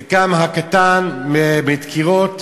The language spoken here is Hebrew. חלקם הקטן מדקירות.